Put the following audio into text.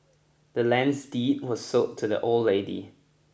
the land's deed was sold to the old lady